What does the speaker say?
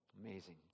Amazing